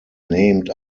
named